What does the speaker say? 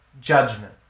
judgment